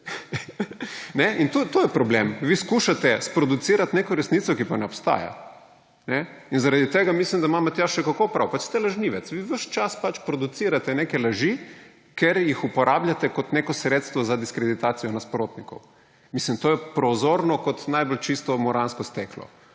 In to je problem. Vi skušate sproducirati neko resnico, ki pa ne obstaja. Zaradi tega mislim, da ima Matjaž še kako prav. Pač ste lažnivec. Vi ves čas producirate neke laži, ker jih uporabljate kot neko sredstvo za diskreditacijo nasprotnikov. To je prozorno kot najbolj čisto muransko steklo.